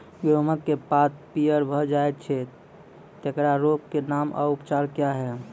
गेहूँमक पात पीअर भअ जायत छै, तेकरा रोगऽक नाम आ उपचार क्या है?